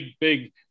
big